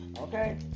okay